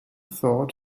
thought